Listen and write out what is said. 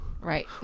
Right